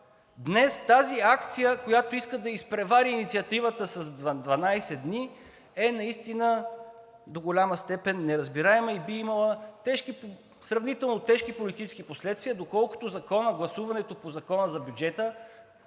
Днес тази акция, която иска да изпревари инициативата с 12 дни, е наистина до голяма степен неразбираема и би имала сравнително тежки политически последствия, доколкото гласуването по Закона за бюджета